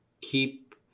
keep